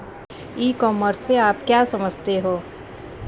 ई commerce से आप क्या समझते हो?